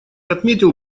отметил